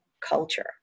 culture